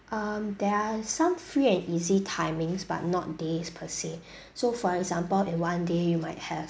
um there are some free and easy timings but not days per se so for example in one day you might have